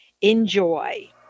Enjoy